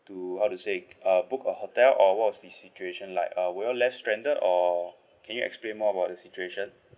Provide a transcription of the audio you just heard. to how to say uh book a hotel or what was the situation like uh were you left stranded or can you explain more about the situation